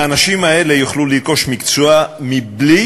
האנשים האלה יוכלו לרכוש מקצוע מבלי